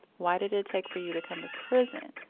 why did it take for you to come to prison?